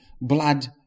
blood